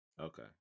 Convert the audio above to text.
Okay